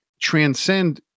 transcend